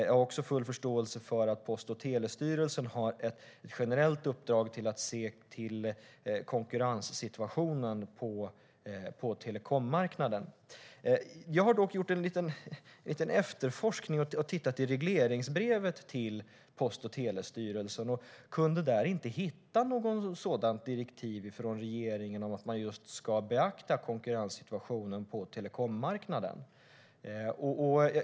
Jag har också full förståelse för att Post och telestyrelsen har ett generellt uppdrag att se till konkurrenssituationen på telekommarknaden. Jag har dock gjort en liten efterforskning och tittat i regleringsbrevet för Post och telestyrelsen. Jag kunde där inte hitta något direktiv från regeringen om att man ska beakta konkurrenssituationen på telekommarknaden.